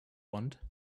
want